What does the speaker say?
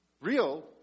Real